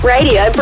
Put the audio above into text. Radio